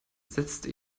setzte